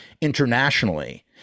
internationally